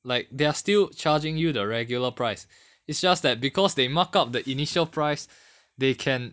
like they are still charging you the regular price it's just that because they mark up the initial price they can